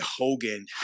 Hogan